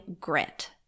grit